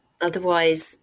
Otherwise